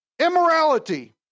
Immorality